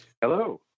Hello